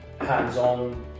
hands-on